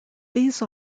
these